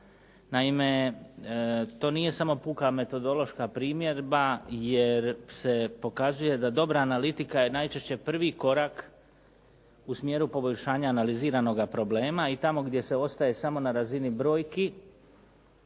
Naime, to nije samo puka metodološka primjedba jer se pokazuje da dobra analitika je najčešće prvi korak u smjeru poboljšanja analiziranoga problema i tamo gdje se ostaje samo na razini brojki